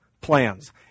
plans